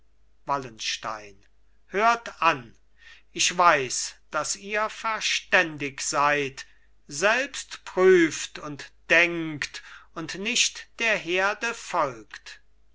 wallenstein hört an ich weiß daß ihr verständig seid selbst prüft und denkt und nicht der herde folgt